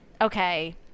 Okay